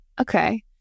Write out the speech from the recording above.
Okay